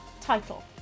title